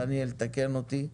דניאל, תקן אותי.